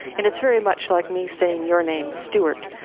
and it's very much like me saying your name, stewart.